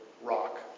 rock